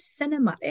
cinematic